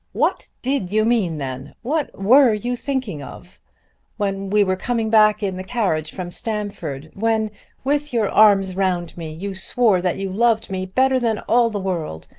what did you mean then? what were you thinking of when we were coming back in the carriage from stamford when with your arms round me you swore that you loved me better than all the world?